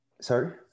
Sorry